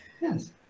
Yes